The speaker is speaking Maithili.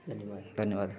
धन्यवाद धन्यवाद